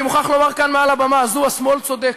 אני מוכרח לומר כאן מעל הבמה הזו: השמאל צודק.